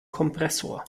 kompressor